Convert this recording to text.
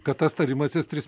kad tas tarimasis tris